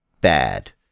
Bad